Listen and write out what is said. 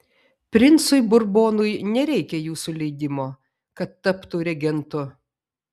princui burbonui nereikia jūsų leidimo kad taptų regentu